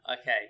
Okay